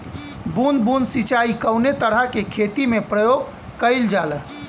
बूंद बूंद सिंचाई कवने तरह के खेती में प्रयोग कइलजाला?